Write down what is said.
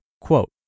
quote